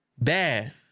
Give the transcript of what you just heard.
bad